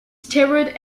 steward